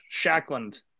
Shackland